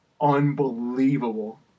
Unbelievable